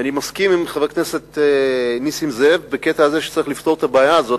ואני מסכים עם חבר הכנסת זאב בקטע הזה שצריך לפתור את הבעיה הזאת,